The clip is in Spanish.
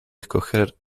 escoger